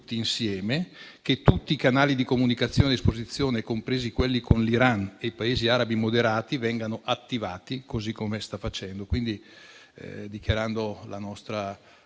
insieme e che tutti i canali di comunicazione a disposizione, compresi quelli con l'Iran e con i Paesi arabi moderati, vengano attivati, così come sta facendo. Dichiarando la nostra